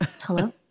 Hello